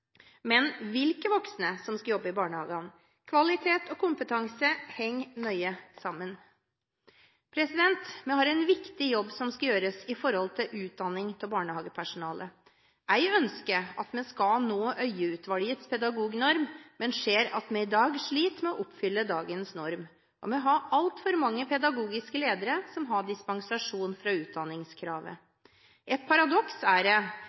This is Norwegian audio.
men hvilke voksne som skal jobbe i barnehagene. Kvalitet og kompetanse henger nøye sammen. Vi har en viktig jobb som skal gjøres når det gjelder utdanning av barnehagepersonale. Jeg ønsker at vi skal nå Øie-utvalgets pedagognorm, men ser at vi i dag sliter med å oppfylle dagens norm, og vi har altfor mange pedagogiske ledere som har dispensasjon fra utdanningskravet. Et paradoks er det,